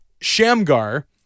Shamgar